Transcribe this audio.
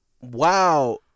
wow